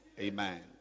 Amen